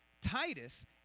Titus